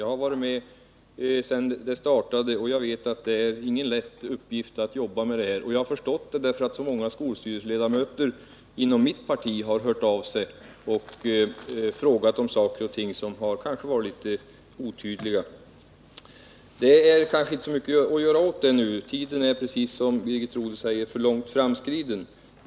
Jag har varit med sedan detta startades och jag vet att det inte är någon lätt uppgift att sätta sig in i förslaget. Många skolstyrelseledamöter i mitt parti har hört av sig och frågat om saker som varit otydliga. Nu är det inte så mycket att göra åt detta. Tiden är, som Birgit Rodhe säger, för långt framskriden.